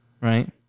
right